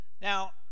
now